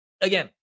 again